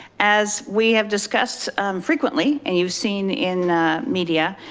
as we have discussed frequently and you've seen in media,